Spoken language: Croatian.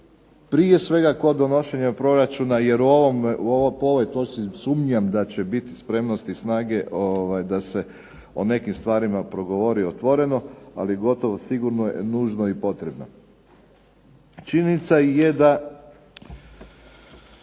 prije svega kod donošenja proračuna jer u ovom po ovoj točci sumnjam da će biti spremnosti i snage da se o nekim stvarima progovori otvoreno ali gotovo sigurno je nužno i potrebno. Činjenica je da